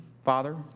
Father